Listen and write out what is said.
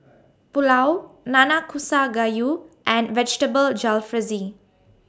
Pulao Nanakusa Gayu and Vegetable Jalfrezi